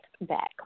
back